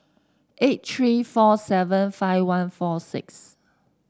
eight three four seven five one four six